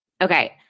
Okay